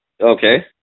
Okay